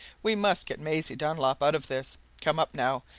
we must get maisie dunlop out of this come up, now,